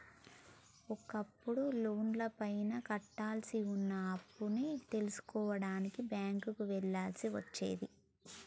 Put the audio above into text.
ఒకప్పుడు లోనుపైన కట్టాల్సి వున్న అప్పుని తెలుసుకునేందుకు బ్యేంకుకి వెళ్ళాల్సి వచ్చేది